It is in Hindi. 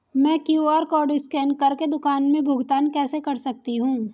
मैं क्यू.आर कॉड स्कैन कर के दुकान में भुगतान कैसे कर सकती हूँ?